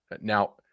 Now